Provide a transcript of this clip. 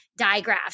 digraphs